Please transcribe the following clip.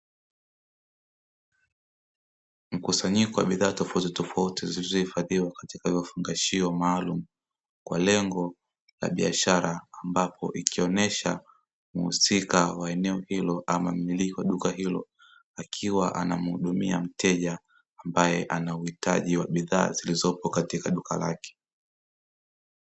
Mkusanyiko wa bidhaa tofauti tofauti zilizohifadhiwa katika vifungashio maalumu kwa lengo la biashara, ambapo ikionyesha muhusika wa eneo hilo ama mmiliki wa duka hilo akiwa anamhudumia mteja ambaye anauhitaji wa bidhaa zilizopo katika duka lake.